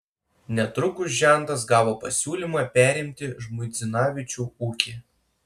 netrukus žentas gavo pasiūlymą perimti žmuidzinavičių ūkį